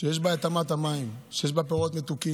שיש בה את אמת המים, שיש בה פירות מתוקים,